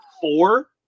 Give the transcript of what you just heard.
Four